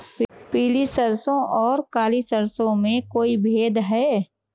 पीली सरसों और काली सरसों में कोई भेद है?